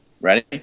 Ready